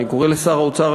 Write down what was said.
אני קורא לשר האוצר,